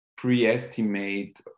pre-estimate